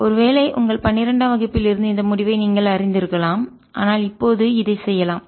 ஒருவேளை உங்கள் பன்னிரண்டாம் வகுப்பில் இருந்து இந்த முடிவை நீங்கள் அறிந்திருக்கலாம் ஆனால் இப்போது இதை செய்யலாம்